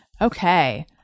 okay